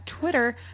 Twitter